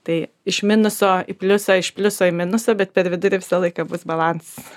tai iš minuso į pliusą iš pliuso į minusą bet per vidurį visą laiką bus balansas